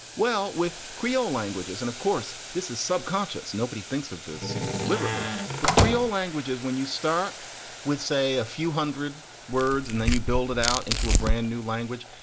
well, with creole languages and of course, this is subconscious. nobody thinks of this deliberately with creole languages when you start with, say, a few hundred words and then you build it out into a brand new language.